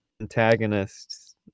antagonists